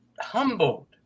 humbled